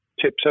tips